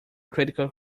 critical